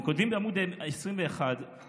הם כותבים בעמ' 21 שם,